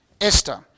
Esther